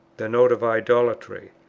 the note of idolatry.